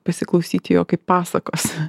pasiklausyti jo kaip pasakos